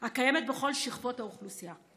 הקיימת בכל שכבות האוכלוסייה.